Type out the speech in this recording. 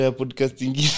podcasting